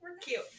cute